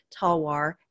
Talwar